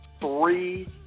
three